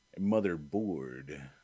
motherboard